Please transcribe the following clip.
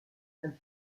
and